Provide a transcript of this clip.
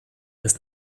ist